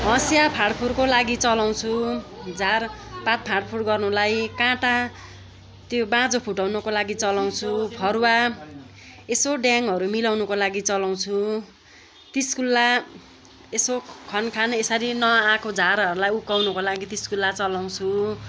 हँसिया फाड्फुडको लागि चलाउँछु झारपात फाड्फुड गर्नुलाई काँटा त्यो बाँझो फुटाउनुको लागि चलाउँछु फरुवा यसो ड्याङहरू मिलाउनुको लागि चलाउँछु तिसकुलो यसो खनखान यसरी नआएको झारहरूलाई उक्काउनुको लागि तिसकुलो चलाउँछु